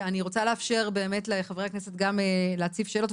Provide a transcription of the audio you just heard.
ואני רוצה לאפשר באמת לחברי הכנסת גם להציף שאלות.